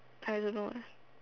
I don't know leh